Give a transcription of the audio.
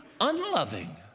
unloving